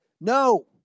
no